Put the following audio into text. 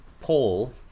Paul